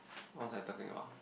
what was I talking about